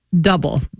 Double